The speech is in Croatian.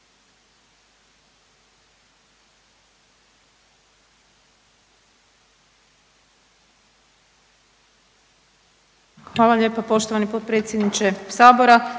Hvala lijepo poštovani potpredsjedniče.